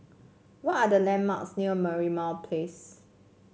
what are the landmarks near Merlimau Place